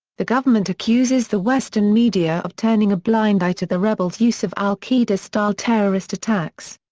the government accuses the western media of turning a blind eye to the rebels' use of al-qaeda-style terrorist attacks.